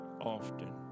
often